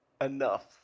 enough